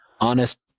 honest